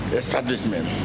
establishment